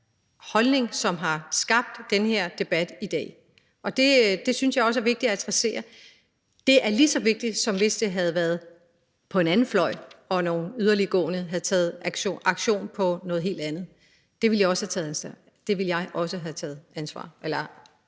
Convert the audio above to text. holdning, som har skabt den her debat i dag. Og det synes jeg også er vigtigt at adressere; det er lige så vigtigt, som hvis det havde været på en anden fløj og nogle yderliggående havde taget aktion på noget helt andet. Det ville jeg også have taget afstand